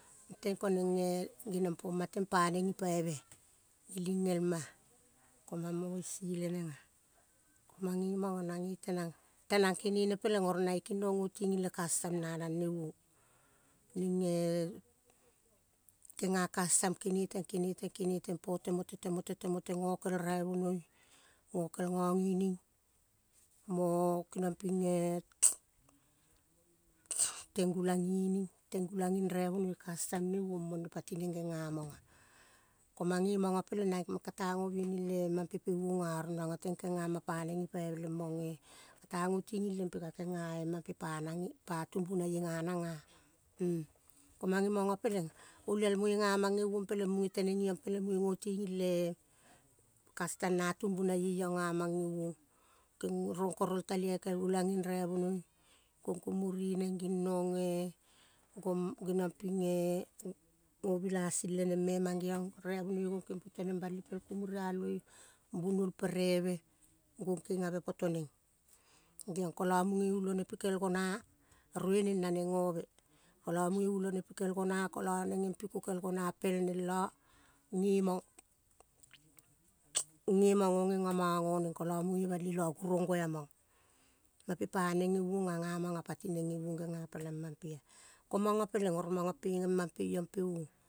Teng koneng geniong poma teng pa neng gipaive ag, geling elma an. Ko nang mo isi leneng ah, mange mango nange tenang tenang kenene peleng, oro nange kinong, go tiging le kastam nanang ne uong ning e, genga kastam kene teng kene teng, kene teng pote mote temote, temote gokel raivonoi, gokel goging mo kenong ping eh teng gulang gining, teng gulang ging raivonoi, kastam nei uong pone pati neng genga mong ag. Ko mange mango peleng, nange kata go bianing le mam pe pe uong ah. Oro gango kenga ma pa neng gipaive omong e ka gotiging kata gotiging le pe ka kenga mam pe pa, nang pa tumbunaie ga nang ah. Ko mange mango peleng. Uliel moi ga mang geuong peleng muge teneng iyoung peleng muge gotinging le, kastam na tumbinaie young ga mang geiuong rong kolo tailoi kel gulang ging raivonoi, gong kumuri neng gignoug eh, genong ping eh gobila sing leneng me mangeiong raivonoi gong keng ave poto neng bali pel kurialoi bunol pereve gong keng ave poto neng, kolo muge ulone pikel gona rueneng naneg gove, kolo muge ulone pikel gona, kolo neng geng piko kel gona, pel neng lo gemong oh gengo mong goneng kolo muge bali lo gurougo ah mong mape pa neng gei uong ah. Ko mango peleng mang pege mang pe iyong pe uong.